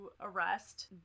arrest